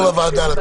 לוועדה.